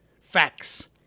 Facts